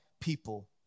people